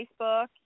Facebook